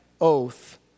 Oath